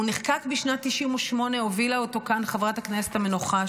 הוא נחקק בשנת 1998. הובילה אותו כאן חברת הכנסת המנוחה,